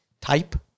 type